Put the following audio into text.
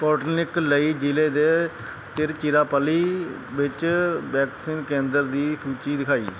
Sputnik ਲਈ ਜ਼ਿਲ੍ਹੇ ਦੇ ਤਿਰੁਚਿਰਾਪੱਲੀ ਵਿੱਚ ਵੈਕਸੀਨ ਕੇਂਦਰ ਦੀ ਸੂਚੀ ਦਿਖਾਈ